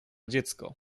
dziecko